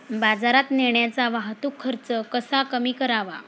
बाजारात नेण्याचा वाहतूक खर्च कसा कमी करावा?